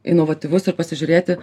inovatyvus ir pasižiūrėti